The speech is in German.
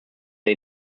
der